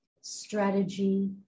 strategy